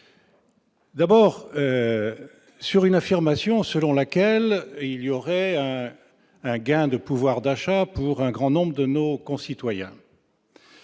D'abord sur une affirmation selon laquelle il y aurait un gain de pouvoir d'achat pour un grand nombre de nos concitoyens.